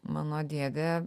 mano dėdė